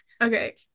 okay